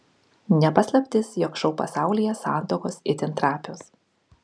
ne paslaptis jog šou pasaulyje santuokos itin trapios